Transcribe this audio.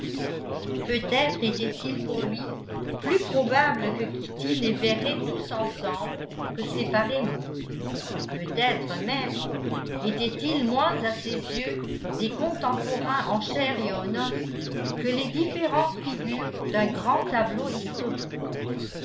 peut-être était-il pour lui plus probable que kitty les verrait tous ensemble que séparément peut-être même étaient-ils moins à ses yeux des contemporains en chair et en os que les différentes figures d'un grand tableau historique